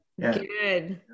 Good